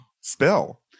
Spell